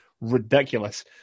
ridiculous